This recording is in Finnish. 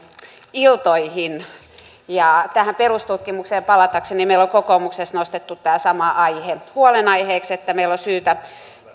iltoihin tähän perustutkimukseen palatakseni meillä on kokoomuksessa nostettu tämä sama aihe huolenaiheeksi että meillä on syytä